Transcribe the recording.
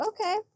Okay